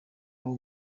abo